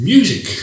Music